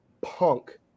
punk